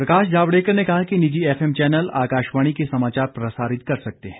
प्रकाश जावड़ेकर ने कहा कि निजी एफएम चैनल आकाशवाणी के समाचार प्रसारित कर सकते हैं